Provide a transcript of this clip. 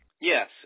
Yes